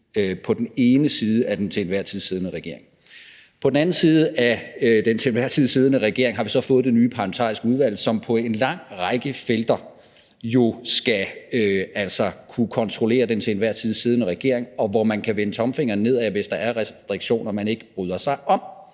på den ene side af den til enhver tid siddende regering. Den anden del er, at vi på den anden side af den til enhver tid siddende regering så har fået det nye parlamentariske udvalg, som på en lang række felter jo altså skal kunne kontrollere den til enhver tid siddende regering, og hvor man kan vende tommelfingeren nedad, hvis der er restriktioner, man ikke bryder sig om,